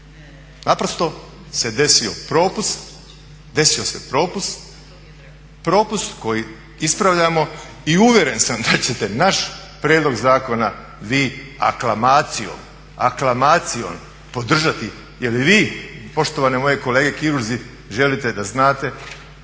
Naprosto se desio propust, propust koji ispravljamo i uvjeren sam da ćete naš prijedlog vi aklamacijom podržati jel vi poštovane moje kolege kirurzi želite da znate